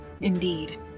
Indeed